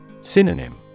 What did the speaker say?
Synonym